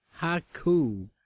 Haku